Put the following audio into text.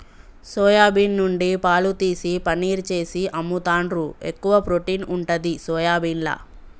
soya bean నుండి పాలు తీసి పనీర్ చేసి అమ్ముతాండ్రు, ఎక్కువ ప్రోటీన్ ఉంటది సోయాబీన్ల